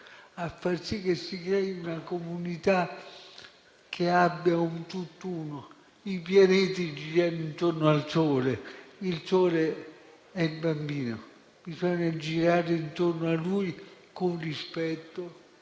a far sì che si crei una comunità che sia un tutt'uno. I pianeti girano intorno al sole: il sole è il bambino. Bisogna girare intorno a lui con rispetto,